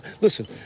Listen